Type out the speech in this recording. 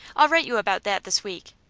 i'll write you about that this week.